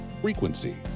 frequency